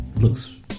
looks